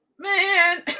Man